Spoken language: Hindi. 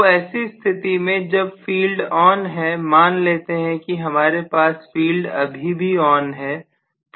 तो ऐसी स्थिति में जब फील्ड ON है मान लेते हैं कि हमारे पास फील्ड अभी भी ON है